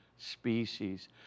Species